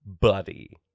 buddy